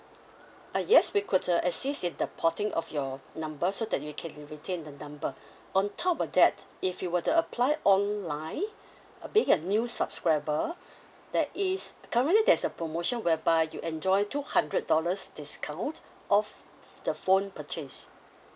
ah yes we could uh assist in the porting of your number so that you can retain the number on top of that if you were to apply online being a new subscriber there is currently there's a promotion whereby you enjoy two hundred dollars discount off the phone purchase